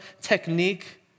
technique